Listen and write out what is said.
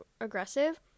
aggressive